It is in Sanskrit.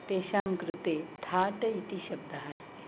तेषां कृते थाट इति शब्दः अस्ति